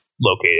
located